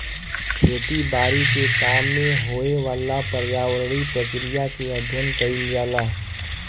खेती बारी के काम में होए वाला पर्यावरणीय प्रक्रिया के अध्ययन कइल जाला